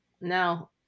Now